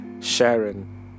Sharon